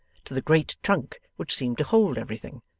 to the great trunk which seemed to hold everything.